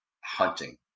hunting